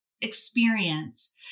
experience